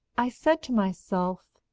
i said to myself,